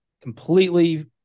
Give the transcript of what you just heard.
completely